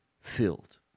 filled